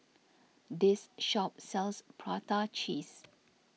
this shop sells Prata Cheese